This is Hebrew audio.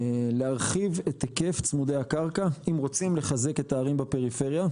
להרחיב את היקף צמודי הקרקע אם רוצים לחזק את הערים בפריפריה,